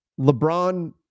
LeBron